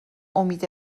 امید